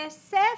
יש לכם כסף?